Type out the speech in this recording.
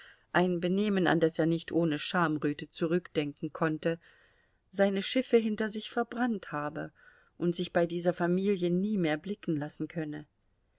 ein benehmen an das er nicht ohne schamröte zurückdenken konnte seine schiffe hinter sich verbrannt habe und sich bei dieser familie nie mehr blicken lassen könne